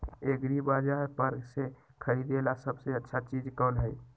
एग्रिबाजार पर से खरीदे ला सबसे अच्छा चीज कोन हई?